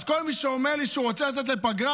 אז כל מי שאומר לי שהוא רוצה לצאת לפגרה,